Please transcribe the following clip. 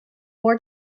more